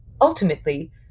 Ultimately